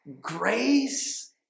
Grace